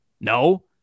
No